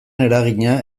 eragina